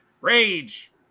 Rage